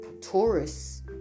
Taurus